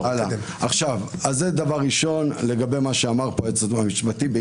זה דבר ראשון לגבי מה שאמר כאן היועץ המשפטי למשרד האוצר.